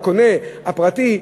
לקונה הפרטי,